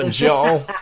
y'all